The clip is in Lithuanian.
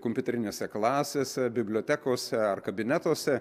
kompiuterinėse klasėse bibliotekose ar kabinetuose